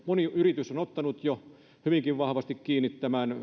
moni yritys on ottanut jo hyvinkin vahvasti kiinni